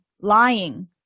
lying